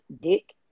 dick